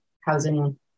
housing